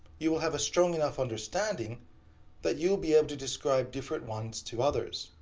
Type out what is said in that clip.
you will have a strong enough understanding that you'll be able to describe different ones to others.